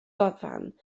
gyfan